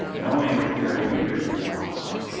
knowing that there are muted responses,